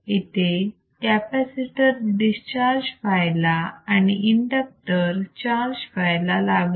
इथे capacitor discharge व्हायला आणि इंडक्टर चार्ज व्हायला लागला